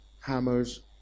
hammers